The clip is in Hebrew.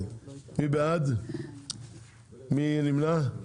מי נמנע?